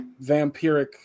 vampiric